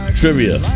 trivia